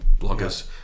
bloggers